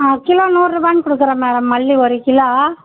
ஆ kilo நூறு ரூபான்னு கொடுக்குறேன் மேடம் மல்லிகை ஒரு கிலோ